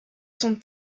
son